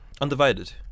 Undivided